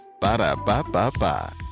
Ba-da-ba-ba-ba